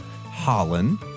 Holland